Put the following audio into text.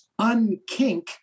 unkink